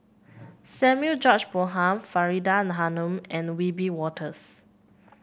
Samuel George Bonham Faridah Hanum and Wiebe Wolters